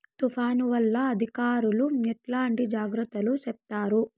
తుఫాను వల్ల అధికారులు ఎట్లాంటి జాగ్రత్తలు చెప్తారు?